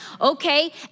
Okay